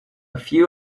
few